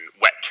wet